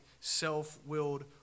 self-willed